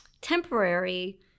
temporary